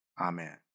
Amen